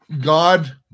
God